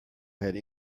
had